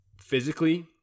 physically